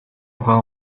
bras